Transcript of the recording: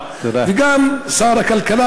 ואני שואל עכשיו,